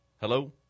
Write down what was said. Hello